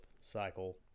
cycle